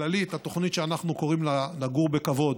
כללית, התוכנית שאנחנו קוראים לה "לגור בכבוד"